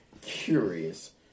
curious